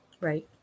Right